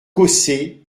cossé